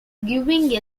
giving